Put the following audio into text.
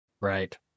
right